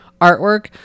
artwork